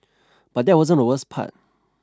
but that wasn't the worst part